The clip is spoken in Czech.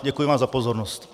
Děkuji vám za pozornost.